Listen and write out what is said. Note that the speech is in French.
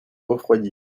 refroidit